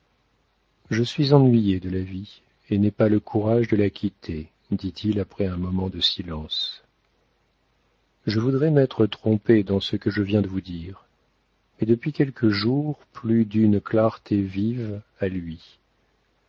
je suis ennuyé de la vie et je n'ai pas le courage de la quitter dit-il après un moment de silence je voudrais m'être trompé dans ce que je viens de vous dire mais depuis quelques jours plus d'une clarté vive a lui